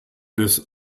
des